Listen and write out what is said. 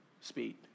speed